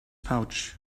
pouch